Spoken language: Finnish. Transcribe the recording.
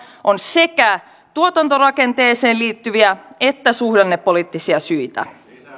on sekä tuotantorakenteeseen liittyviä että suhdannepoliittisia syitä